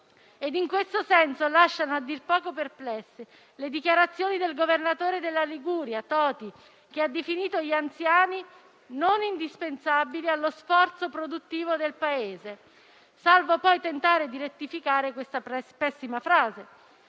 In questo senso lasciano a dir poco perplessi le dichiarazioni del governatore della Liguria Toti che ha definito gli anziani non indispensabili allo sforzo produttivo del Paese, salvo poi tentare di rettificare questa pessima frase,